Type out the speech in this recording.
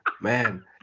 Man